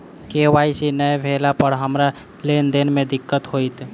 KYC नै भेला पर हमरा लेन देन मे दिक्कत होइत?